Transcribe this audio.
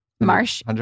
Marsh